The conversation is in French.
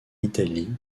italie